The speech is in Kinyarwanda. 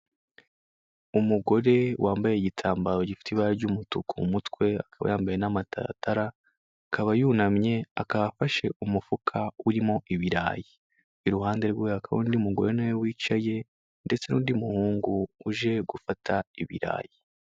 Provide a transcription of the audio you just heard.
Umugore wambaye igitambaro gifite ibara ry'umutuku mu mutwe akaba yambaye n'amatatara, akaba yunamye, akaba afashe umufuka urimo ibirayi. Iruhande rwe hakaba hari undi mugore na we wicaye ndetse n'undi muhungu uje gufata ibirayi.